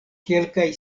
kelkaj